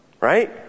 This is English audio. right